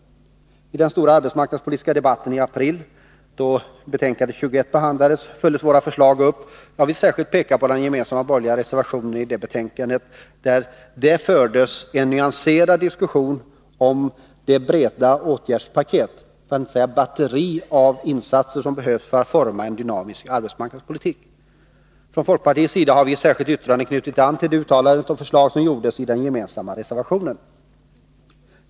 I den stora arbetsmarknadspolitiska debatten i april, då betänkandet AU 1982/83:21 behandlades, följdes våra förslag upp. Jag vill särskilt peka på den gemensamma borgerliga reservationen i det betänkandet, där det fördes en nyanserad diskussion om det breda åtgärdspaket, för att inte säga batteri av insatser, som behövs för att forma en dynamisk arbetsmarknadspolitik. Från folkpartiets sida har vi i ett särskilt yttrande knutit an till de uttalanden och förslag som gjordes i den gemensamma reservationen.